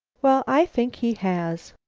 well, i think he has.